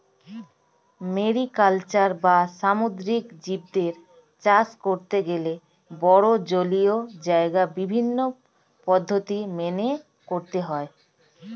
mariculture বা সামুদ্রিক জীবদের চাষ করতে গেলে বড়ো জলীয় জায়গায় বিভিন্ন পদ্ধতি মেনে করতে হয়